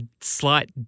slight